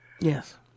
yes